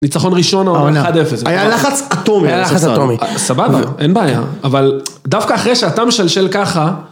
ניצחון ראשון או 1-0. היה לחץ אטומי, היה לחץ אטומי. סבבה, אין בעיה. אבל דווקא אחרי שאתה משלשל ככה,